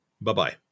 Bye-bye